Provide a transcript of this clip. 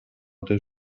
del